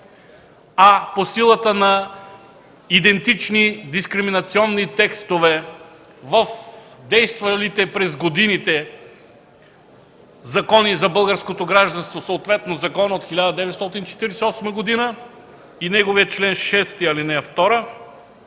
а по силата на идентични дискриминационни текстове в действалите през годините закони за българското гражданство, съответно закона от 1948 г. и неговия чл. 6, ал. 2,